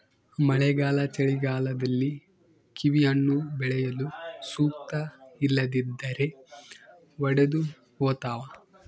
ಮಳೆಗಾಲ ಚಳಿಗಾಲದಲ್ಲಿ ಕಿವಿಹಣ್ಣು ಬೆಳೆಯಲು ಸೂಕ್ತ ಇಲ್ಲದಿದ್ದರೆ ಒಡೆದುಹೋತವ